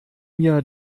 mir